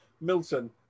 Milton